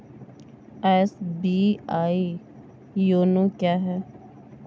SBI YONO क्या है?